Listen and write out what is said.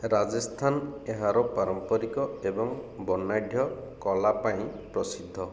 ରାଜସ୍ଥାନ ଏହାର ପାରମ୍ପରିକ ଏବଂ ବର୍ଣ୍ଣାଢ଼୍ୟ କଳା ପାଇଁ ପ୍ରସିଦ୍ଧ